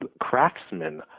craftsmen